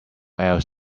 else